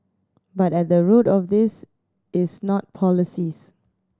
but at the root of this is not policies